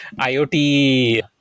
IoT